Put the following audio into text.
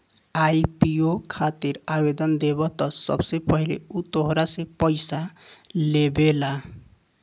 IPO खातिर आवेदन देबऽ त सबसे पहिले उ तोहरा से पइसा लेबेला